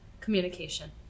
communication